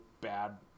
bad